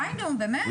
די נו באמת.